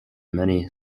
many